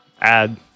add –